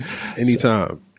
anytime